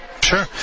Sure